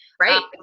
right